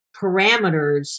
parameters